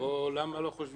למה לא,